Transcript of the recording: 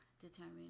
determine